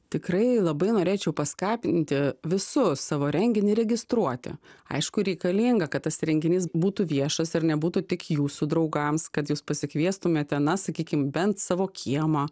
tikrai labai norėčiau paskapinti visus savo renginį registruoti aišku reikalinga kad tas renginys būtų viešas ir nebūtų tik jūsų draugams kad jūs pasikviestumėt ten na sakykim bent savo kiemą